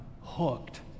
hooked